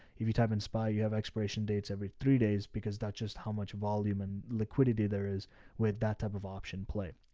if you type in spy, you have expiration dates every three days, because that's just how much volume and liquidity there is where that type of option play.